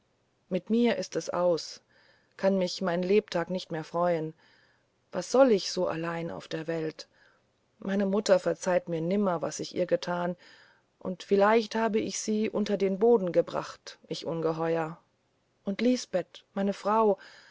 mit mir ist es aus kann mich mein lebtag nicht mehr freuen was soll ich so allein auf der welt tun meine mutter verzeiht mir nimmer was ich ihr getan und vielleicht hab ich sie unter den boden gebracht ich ungeheuer und lisbeth meine frau